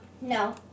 No